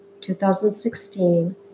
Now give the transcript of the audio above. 2016